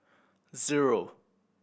zero